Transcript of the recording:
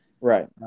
Right